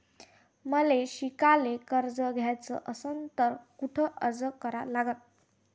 मले शिकायले कर्ज घ्याच असन तर कुठ अर्ज करा लागन?